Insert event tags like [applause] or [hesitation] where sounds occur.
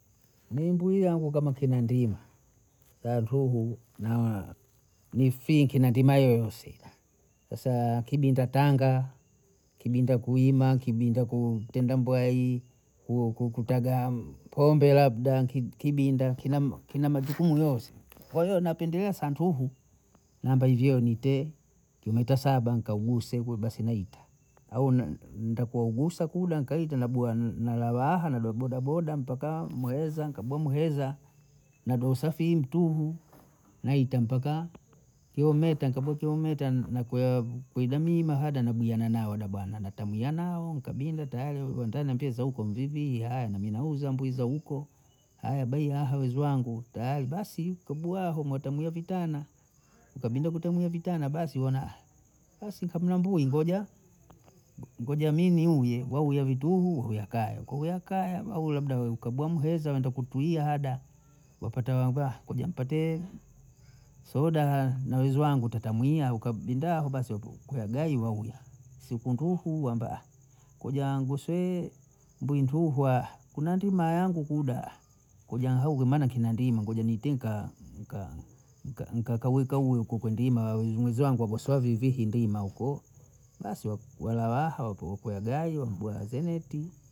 Munguu yangu kama kina ndima, wantuhu [hesitation] mifii kina ndima yousela kwasaa kibinda tanga, kibinda kuima, kibinda kutenda mbwai, [hesitation] kutaga pombe labda, [hesitation] kibinda [hesitation] kina majukumu yose, kwa hiyo napendelea santuhu, namba hivyo nitee kimwita saba nkagusegu basi naita, au ntakayogusa kuda nkaita nabwa nalayaha nabuha bodaboda mpaka mheza nkabwia mheza, nado usafiri tuhu naita mpaka kionyeta nkabwia kionyeta nakwea kibwang'i mahada nabuyana nao na bwana natamuyana nkabinda tayari. wenda nambie za huko mlivihi aya nami nauza mbwi za huko, aya bai aha wizwu wangu tayari, basi kabuhao mwetamweri tana, mkabinda kutania vitana basi wana [hesitation] basi kamla mbui ngoja, ngoja mimi unye wauya vituhu, wauya kae, kouya kaya, kauya weukabo mheza wende kutuia hada, wapata wangu [hesitation] ngoja npate soda na wizwue wangu tutamwia, ukabinda basi wakwea gayi wauye, siku nduhu wamba [hesitation] ngoja nigosohe, mbwinduhu [hesitation] kuna ndima yangu kuda, kuja nhogo maana kina ndima, ngoja nitwika [hesitation] nika kaweka uweko kondima wezwue wangu wakoswazi zihi ndima huko, basi wala waha wapo ukwe ugayi mbwa zeeti